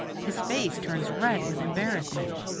his face turns red with embarrassment.